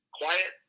quiet